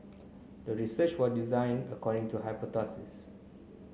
the research was designed according to hypothesis